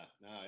no